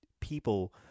people